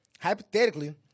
Hypothetically